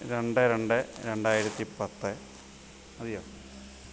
രണ്ട് രണ്ട് രണ്ടായിരത്തിപ്പത്ത് മതിയോ